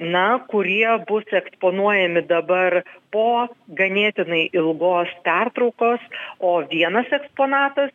na kurie bus eksponuojami dabar po ganėtinai ilgos pertraukos o vienas eksponatas